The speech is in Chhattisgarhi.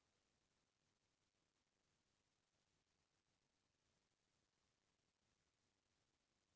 किसान ल बरोबर समे समे म कतको जिनिस बर खरचा करे बर परथे